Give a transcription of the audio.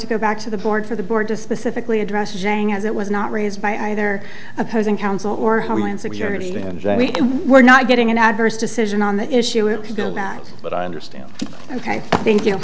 to go back to the board for the board to specifically address jane as it was not raised by either opposing counsel or homeland security then we're not getting an adverse decision on the issue if you go back but i understand ok thank you